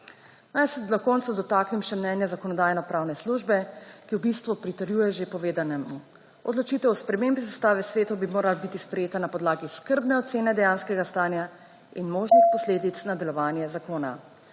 Naj se na koncu dotaknem še mnenja Zakonodajno-pravne službe, ki v bistvu pritrjuje že povedanemu. Odločitev o spremembe sestave svetov bi morala biti sprejeta na podlagi skrbne ocene dejanskega stanja in možnih posledic / znak za konec